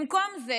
במקום זה